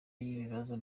y’ibibazo